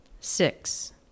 Six